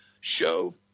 show